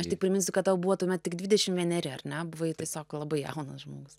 aš tik priminsiu kad tau buvo tuomet tik dvidešimt vieneri ar ne buvai tiesiog labai jaunas žmogus